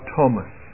Thomas